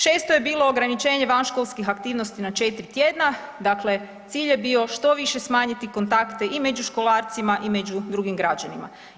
Šesto je bilo ograničenje vanškolskih aktivnosti na 4 tjedna, dakle, cilj je bio što više smanjiti kontakte i među školarcima i među drugim građanima.